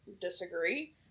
disagree